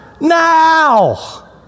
Now